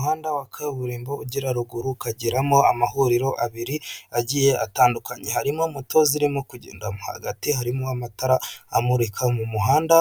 Umuhanda wa kaburimbo ugera ha ruguru ukageramo amahuriro abiri agiye atandukanye, harimo moto zirimo kugenda, hagati harimo amatara amurika mu muhanda,